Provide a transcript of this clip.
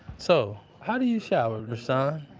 so, how do you shower, rahsaan?